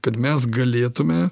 kad mes galėtume